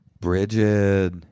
Bridget